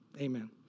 amen